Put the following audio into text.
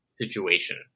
situation